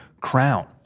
crown